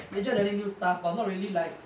you enjoy learning new stuff but not really like